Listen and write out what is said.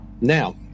now